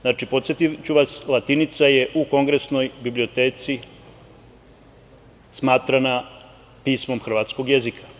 Znači, podsetiću vas, latinica je u Kongresnoj biblioteci smatrana pismom hrvatskog jezika.